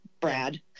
Brad